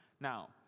Now